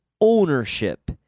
ownership